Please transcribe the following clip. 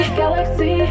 galaxy